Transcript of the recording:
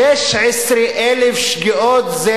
שש-עשרה אלף שגיאות.